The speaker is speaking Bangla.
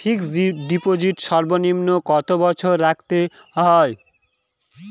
ফিক্সড ডিপোজিট সর্বনিম্ন কত বছর রাখতে হয়?